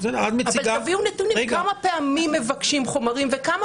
--- תביאו נתונים כמה פעמים מבקשים חומרים וכמה